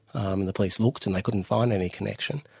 and the police looked and they couldn't find any connection.